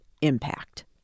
impact